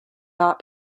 not